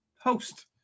host